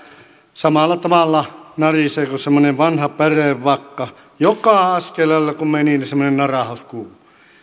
samalla tavalla narisee kuin semmoinen vanha pärevakka joka askeleella kun meni niin semmoinen narahdus kuului